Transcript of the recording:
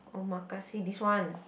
Omakase this one